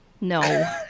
No